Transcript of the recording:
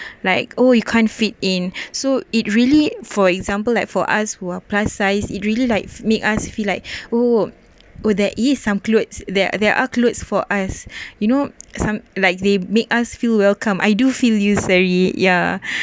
like oh you can't fit in so it really for example like for us who are plus size it really like make us feel like oh oh there is some clothes there are there are clothes for us you know some like they make us feel welcome I do feel you sorry ya